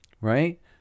right